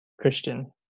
Christian